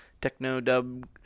techno-dub